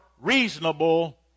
reasonable